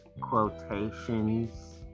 quotations